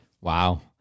Wow